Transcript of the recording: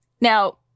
Now